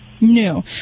No